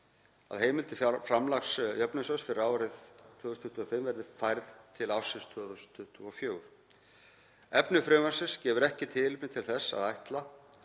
að heimild til framlags jöfnunarsjóðs fyrir árið 2025 verði færð til ársins 2024. Efni frumvarpsins gefur ekki tilefni til þess að ætla